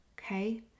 okay